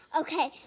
Okay